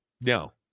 No